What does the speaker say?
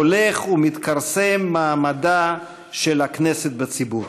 הולך ומתכרסם מעמדה של הכנסת בציבור,